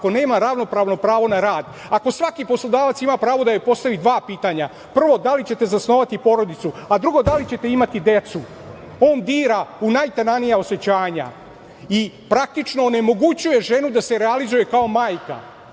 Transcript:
ako nema ravnopravno pravo na rad, ako svaki poslodavac ima pravo da joj postavi dva pitanja - prvo, da li ćete zasnovati porodicu, a drugo - da li ćete imati decu? On dira u najtananija osećanja i praktično onemogućuje ženu da se realizuje kao majka.